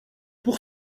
pour